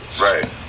right